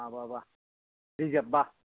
माबाबा रिजार्भ बा